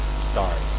stars